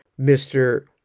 Mr